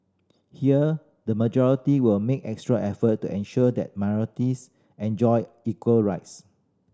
here the majority will make extra effort to ensure that minorities enjoy equal rights